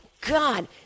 God